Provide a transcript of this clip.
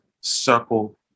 circle